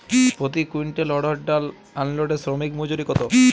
প্রতি কুইন্টল অড়হর ডাল আনলোডে শ্রমিক মজুরি কত?